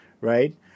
right